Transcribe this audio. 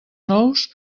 nous